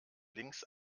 links